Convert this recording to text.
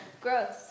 Gross